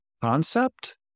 concept